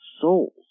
souls